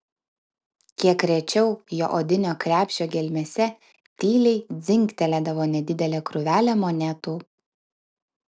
kiek rečiau jo odinio krepšio gelmėse tyliai dzingtelėdavo nedidelė krūvelė monetų